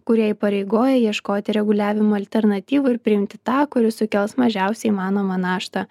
kurie įpareigoja ieškoti reguliavimo alternatyvų ir priimti tą kuris sukels mažiausiai įmanomą naštą